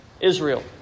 Israel